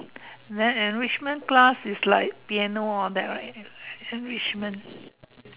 and then enrichment class is like piano all that right enrichment